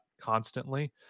constantly